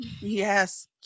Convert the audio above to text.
Yes